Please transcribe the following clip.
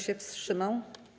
się wstrzymał?